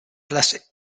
less